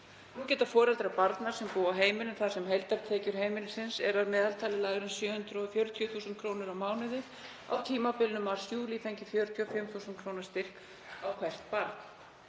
Nú geta foreldrar barna sem búa á heimilum þar sem heildartekjur heimilisins eru að meðaltali lægri en 740.000 kr. á mánuði, á tímabilinu mars til júlí, fengið 45.000 kr. styrk á hvert barn.